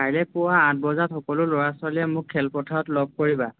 কাইলে পুৱা আঠ বজাত সকলো ল'ৰা ছোৱালীয়ে মোক খেল পথাৰত লগ কৰিবা